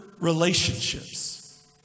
relationships